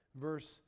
verse